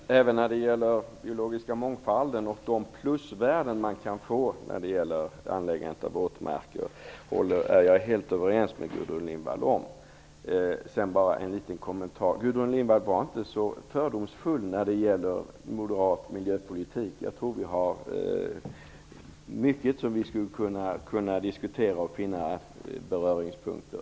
Herr talman! Även när det gäller den biologiska mångfalden och de plusvärden man kan få när det gäller anläggandet av våtmarker är jag helt överens med Gudrun Lindvall. Jag vill bara göra en liten kommentar. Gudrun Lindvall, var inte så fördomsfull när det gäller moderat miljöpolitik. Jag tror att vi skulle kunna diskutera många saker och finna beröringspunkter.